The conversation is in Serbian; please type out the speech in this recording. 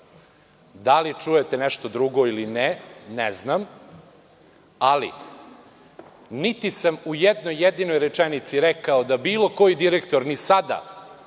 Da li čujete nešto drugo ili ne, ne znam, ali niti sam u jednoj jedinoj rečenici rekao da bilo koji direktor ni sada